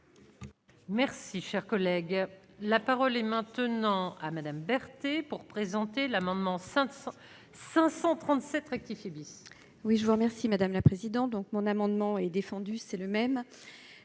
Merci, cher collègue, la parole est maintenant à Madame Bert et pour présenter l'amendement 500 537 rectifié bis. Oui, je vous remercie, madame la présidente, donc mon amendement est défendu, c'est le même